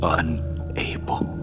unable